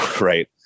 right